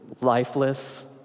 lifeless